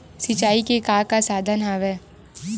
सिंचाई के का का साधन हवय?